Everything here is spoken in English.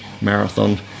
Marathon